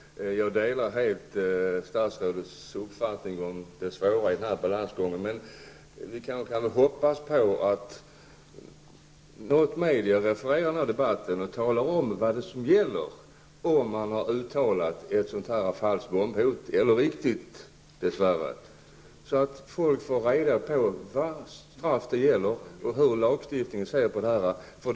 Herr talman! Jag delar helt statsrådets uppfattning om det svåra i balansgången. Men låt mig referera debatten och tala om, vad det är som gäller, ifall man uttalar ett falskt bombhot eller ett som dess värre är riktigt, så att folk får reda på hur lagstiftningen ser på saken.